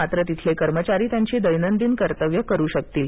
मात्र तिथले कर्मचारी त्यांची दैनदिन कर्तव्ये करू शकतील